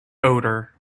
odor